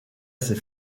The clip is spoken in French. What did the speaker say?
ces